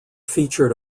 featured